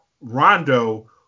Rondo